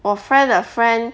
我 friend 的 friend